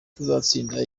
tuzatsinda